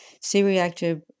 C-reactive